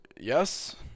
Yes